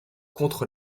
contre